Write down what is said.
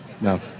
No